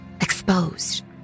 exposed